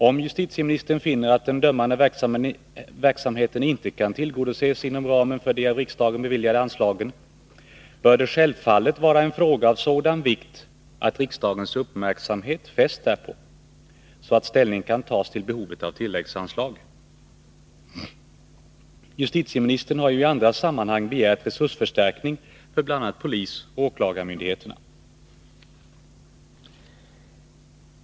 Om justitieministern finner att den dömande verksamheten inte kan tillgodoses inom ramen för de av riksdagen beviljade anslagen, bör det självfallet vara en fråga av sådan vikt att riksdagens uppmärksamhet fästs därpå, så att ställning kan tas till behovet av tilläggsanslag. Justitieministern har ju i andra sammanhang begärt resursförstärkning för bl.a. polisoch åklagarmyndigheterna.